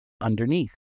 underneath